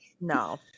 no